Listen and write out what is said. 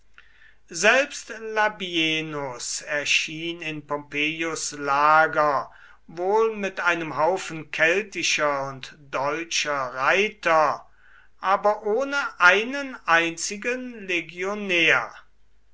selbst labienus erschien in pompeius lager wohl mit einem haufen keltischer und deutscher reiter aber ohne einen einzigen legionär